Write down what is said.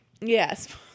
Yes